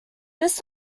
this